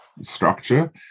structure